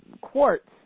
quartz